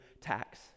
tax